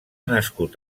nascut